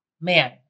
man